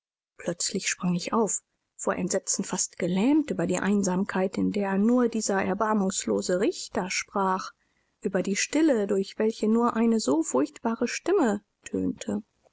plötzlich sprang ich auf vor entsetzen fast gelähmt über die einsamkeit in der nur dieser erbarmungslose richter sprach über die stille durch welche nur eine so furchtbare stimme tönte